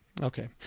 Okay